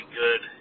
good